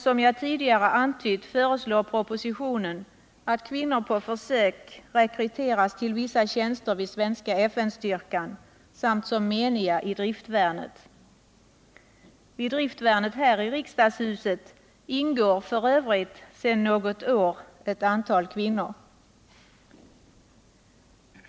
Som jag tidigare antytt föreslås i propositionen att kvinnor på försök rekryteras till vissa tjänster vid svenska FN-styrkan samt som meniga i driftvärnet. I driftvärnet här i riksdagshuset ingår f. ö. sedan något år ett antal kvinnor.